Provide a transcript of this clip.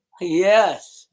Yes